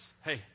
hey